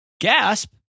gasp